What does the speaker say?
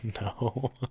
no